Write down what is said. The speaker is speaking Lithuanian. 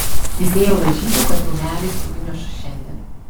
jis ėjo lažybų kad rūmelis sugniuš šiandien